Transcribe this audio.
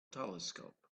telescope